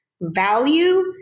value